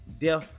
death